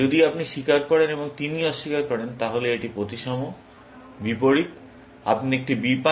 যদি আপনি স্বীকার করেন এবং তিনি অস্বীকার করেন তাহলে এটি প্রতিসম বিপরীত আপনি একটি B পান এবং তিনি একটি F পান